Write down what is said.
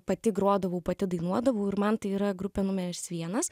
pati grodavau pati dainuodavau ir man tai yra grupė numeris vienas